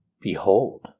Behold